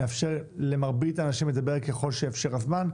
נאפשר למרבית האנשים לדבר ככל שיאפשר הזמן.